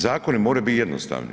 Zakoni moraju biti jednostavni.